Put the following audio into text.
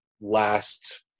last